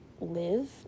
live